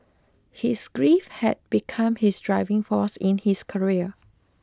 his grief had become his driving force in his career